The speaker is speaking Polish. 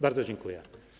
Bardzo dziękuję.